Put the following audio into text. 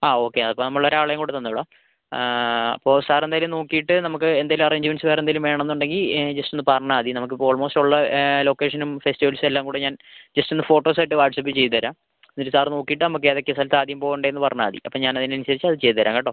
ആ ഓക്കെ അതിപ്പോൾ നമ്മളൊരാളേയും കൂടി തന്നുവിടാം അപ്പോൾ സാറെന്തായാലും നോക്കീട്ട് നമുക്ക് എന്തേലും അറേഞ്ച്മെൻറ്സ് വേറെന്തേലും വേണമെന്നുണ്ടെങ്കിൽ ജസ്റ്റ് ഒന്നുപറഞ്ഞാൽ മതി നമുക്കിപ്പോൾ ഓൾമോസ്റ്റ് ഉള്ള ലൊക്കേഷനും ഫെസ്റ്റിവൽസ് എല്ലാം കൂടെ ഞാൻ ജസ്റ്റ് ഒന്ന് ഫോട്ടോസ് ആയിട്ട് വാട്ട്സാപ്പ് ചെയ്തുതരാം എന്നിട്ട് സർ നോക്കിയിട്ട് നമുക്കേതൊക്കെ സ്ഥലത്താ ആദ്യം പോകണ്ടതെന്നു പറഞ്ഞാൽ മതി അപ്പോൾ ഞാൻ അതിനനുസരിച്ചു അതുചെയ്തുതരാം കേട്ടോ